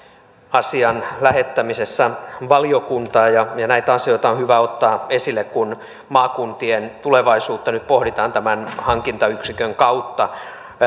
asian lähettämisessä valiokuntaan ja ja näitä asioita on hyvä ottaa esille kun maakuntien tulevaisuutta nyt pohditaan tämän hankintayksikön kautta